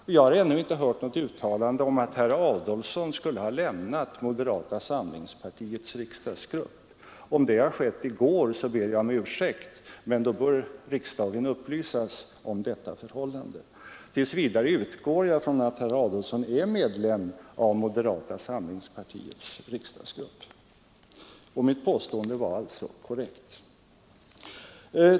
Och jag har ännu inte hört något uttalande om att herr Adolfsson skulle ha lämnat moderata samlingspartiets riksdagsgrupp. Om det har skett i går ber jag om ursäkt, men då bör riksdagen upplysas om detta förhållande. Tills vidare utgår jag från att herr Adolfsson är medlem av moderata samlingspartiets riksdagsgrupp, och mitt påstående var alltså korrekt.